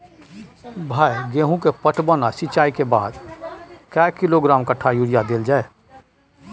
भाई गेहूं के पटवन आ सिंचाई के बाद कैए किलोग्राम कट्ठा यूरिया देल जाय?